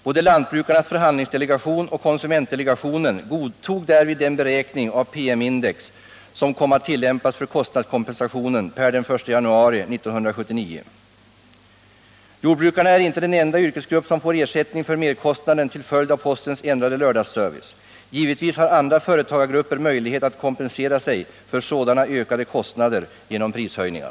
Både lantbrukarnas förhandlingsdelegation och konsumentdelegationen godtog därvid den beräkning av PM-index som kom att tillämpas för kostnadskompensationen per den 1 januari 1979. Jordbrukarna är inte den enda yrkesgrupp som får ersättning för merkostnaden till följd av postens ändrade lördagsservice. Givetvis har andra företagargrupper möjlighet att kompensera sig för sådana ökade kostnader genom prishöjningar.